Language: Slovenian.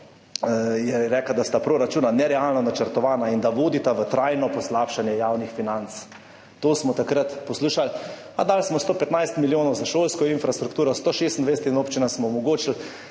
rekla, da sta proračuna nerealno načrtovana in da vodita v trajno poslabšanje javnih financ. To smo takrat poslušali, a dali smo 115 milijonov za šolsko infrastrukturo, 126 občinam smo omogočili,